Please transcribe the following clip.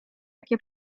jakie